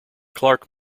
clark